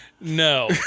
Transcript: no